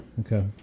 Okay